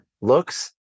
looks